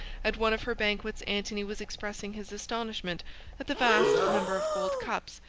at one of her banquets, antony was expressing his astonishment at the vast number of gold cups,